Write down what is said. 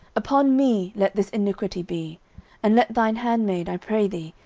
upon me let this iniquity be and let thine handmaid, i pray thee,